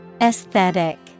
Aesthetic